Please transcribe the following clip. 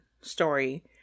story